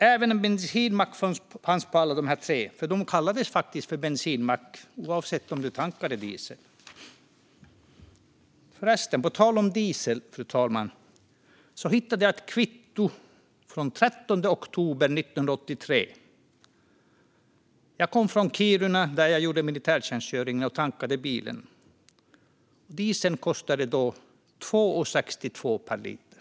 Även en bensinmack fanns vid alla dessa tre affärer. De kallades faktiskt bensinmack, oavsett om man tankade diesel där. På tal om diesel hittade jag ett kvitto från den 13 oktober 1983. Jag kom från Kiruna där jag gjorde militärtjänstgöring och tankade bilen. Dieseln kostade då 2,62 kronor per liter.